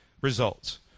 results